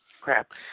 Crap